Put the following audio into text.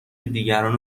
دیگران